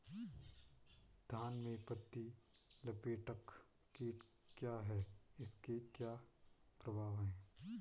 धान में पत्ती लपेटक कीट क्या है इसके क्या प्रभाव हैं?